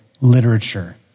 literature